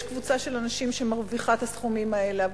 יש קבוצה של אנשים שמרוויחה את הסכומים האלה,